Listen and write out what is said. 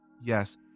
Yes